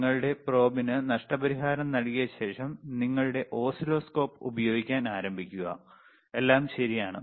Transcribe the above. നിങ്ങളുടെ probeന് നഷ്ടപരിഹാരം നൽകിയ ശേഷം നിങ്ങളുടെ ഓസിലോസ്കോപ്പ് ഉപയോഗിക്കാൻ ആരംഭിക്കുക എല്ലാം ശരിയാണ്